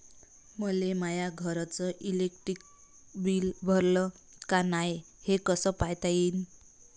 मले माया घरचं इलेक्ट्रिक बिल भरलं का नाय, हे कस पायता येईन?